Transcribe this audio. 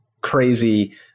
crazy